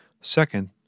Second